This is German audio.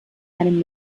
einem